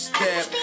Step